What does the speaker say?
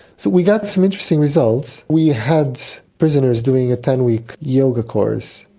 so we got some interesting results. we had prisoners doing a ten-week yoga course,